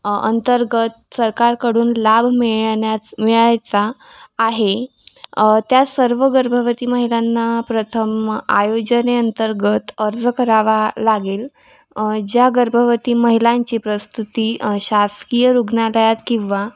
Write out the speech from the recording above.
अंतर्गत सरकारकडून लाभ मिळण्यात मिळायचा आहे त्या सर्व गर्भवती महिलांना प्रथम या योजनेअंतर्गत अर्ज करावा लागेल ज्या गर्भवती महिलांची प्रसूती शासकीय रुग्णालयात किंवा